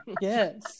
Yes